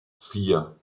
vier